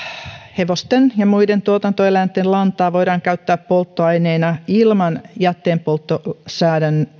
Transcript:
hevosten ja muiden tuotantoeläinten lantaa voidaan käyttää polttoaineena ilman jätteenpolttolainsäädännön